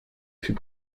fut